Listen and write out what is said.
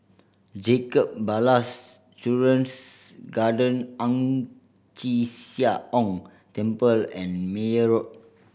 Jacob Ballas Children's Garden Ang Chee Sia Ong Temple and Meyer Road